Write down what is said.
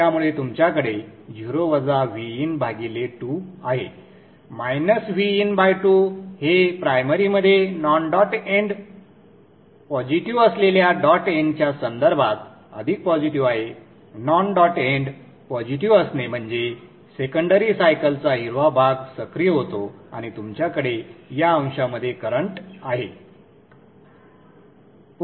त्यामुळे तुमच्याकडे 0 वजा Vin भागिलें 2 आहे Vin2 हे प्राइमरीमध्ये नॉन डॉट एंड पॉझिटिव्ह असलेल्या डॉट एंडच्या संदर्भात अधिक पॉझिटिव्ह आहे नॉन डॉट एंड पॉझिटिव्ह असणे म्हणजे सेकंडरी सायकलचा हिरवा भाग सक्रिय होतो आणि तुमच्याकडे या अंशामध्ये करंट आहे